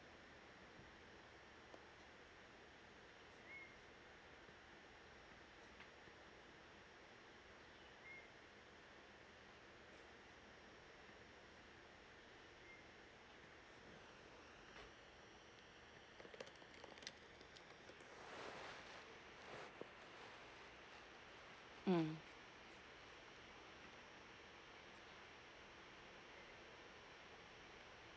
mm